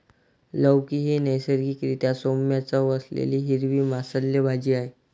लौकी ही नैसर्गिक रीत्या सौम्य चव असलेली हिरवी मांसल भाजी आहे